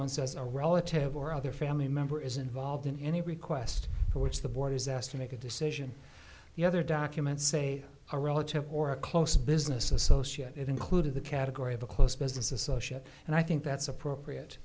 one says a relative or other family member is involved in any request for which the board is asked to make a decision the other documents say a relative or a close business associate included the category of a close business associate and i think that's appropriate